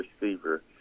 receiver